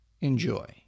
Enjoy